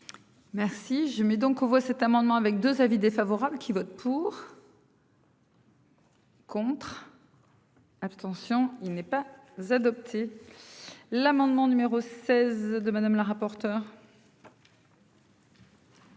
Merci je mets donc aux voix cet amendement avec 2 avis défavorables qui vote pour. Abstention il n'est pas adopté. L'amendement numéro 16 de madame la rapporteure.